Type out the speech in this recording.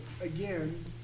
again